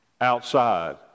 outside